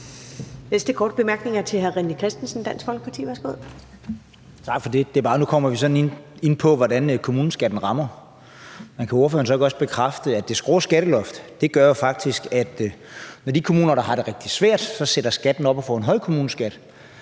næste korte bemærkning er til hr. René Christensen, Dansk Folkeparti. Værsgo. Kl. 19:50 René Christensen (DF): Tak for det. Nu kommer vi ind på, hvordan kommuneskatten rammer. Men kan ordføreren så ikke også bekræfte, at det skrå skatteloft faktisk gør, at når de kommuner, der har det rigtig svært, så sætter skatten op og får en høj kommuneskat,